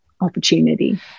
opportunity